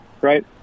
right